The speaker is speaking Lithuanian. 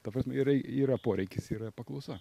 ta prasme yra yra poreikis yra paklausa